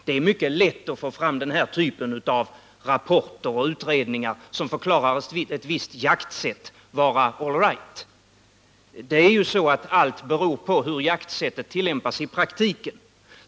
Det är mycket lätt att få fram den typ av rapporter och utredningar som förklarar ett visst jaktsätt vara all right. Men det är ju så att allt beror på hur jaktsättet tillämpas i praktiken.